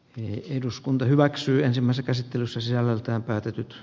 jos eduskunta hyväksyy ensimmäisen käsittelyssä sisällöltään päätetyt